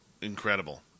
Incredible